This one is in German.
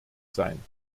sein